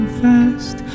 fast